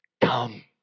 come